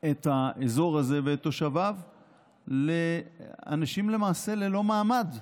את האזור הזה ואת תושביו לאנשים, למעשה, ללא מעמד,